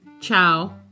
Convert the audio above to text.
Ciao